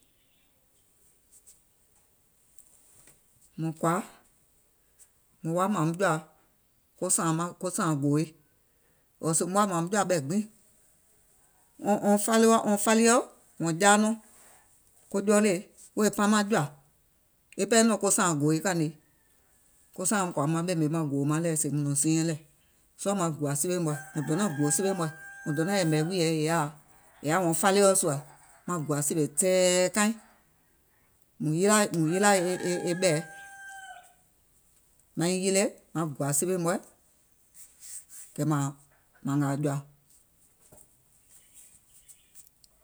Mùŋ kɔ̀à mùŋ woȧ mȧȧŋ muŋ jɔ̀à ko sààŋ gòòi, ɔ̀ɔ̀ mùŋ woà mȧȧŋ muŋ jɔ̀à koɓɛ̀ gbiŋ, wɔŋ faliɔ̀ jaa nɔŋ ko jɔɔlèi, wèè paŋ maŋ jɔ̀à e pɛɛ nɔ̀ŋ ko sȧȧŋ gòòi kànìiŋ, ko saaìŋ mùŋ kɔ̀à maŋ ɓèmè maŋ gòò maŋ lɛ̀ sèèùm nɔ̀ŋ siiɛŋ lɛ̀, sɔɔ̀ maŋ gùà siwè mɔ̀ɛ̀, mùŋ donȧŋ gùò siwè mɔ̀ɛ̀, mùŋ donȧŋ yɛ̀mɛ̀ e wùìyèɛ è yaà è yaà wɔŋ faliɔ̀ maŋ gùà sìwè tɛ̀ɛ̀ kaiŋ, mùŋ yilà e e e ɓɛ̀ɛ, maiŋ yilè maŋ gùà siwè mɔ̀ɛ̀ kɛ̀ mȧŋ ngȧȧ jɔ̀à.